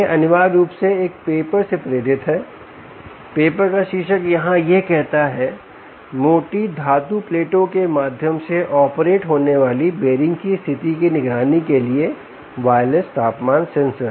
यह अनिवार्य रूप से एक पेपर से प्रेरित है पेपर का शीर्षक यहां है यह कहता है मोटी धातु प्लेटों के माध्यम से ऑपरेट होने वाली बीयरिंग की स्थिति की निगरानी के लिए वायरलेस तापमान सेंसर